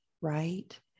Right